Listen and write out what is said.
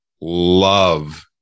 love